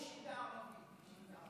איך אומרים אישי בערבית?